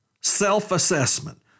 self-assessment